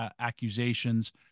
accusations